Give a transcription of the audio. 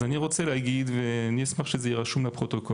אז אני רוצה להגיד ואני אשמח שזה יהיה רשום בפרוטוקול,